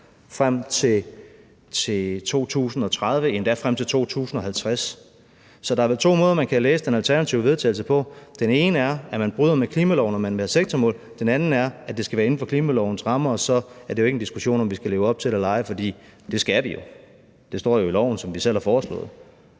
frem til 2030 eller endda frem til 2050. Så der er vel to måder, man kan læse det alternative forslag til vedtagelse på. Den ene er, at man bryder med klimaloven, og at der er sektormål, og den anden er, at det skal være inden for klimalovens rammer, og så er det jo ikke en diskussion om, om vi skal leve op til det eller ej. For det skal vi jo. Det står jo i loven, som vi selv har foreslået,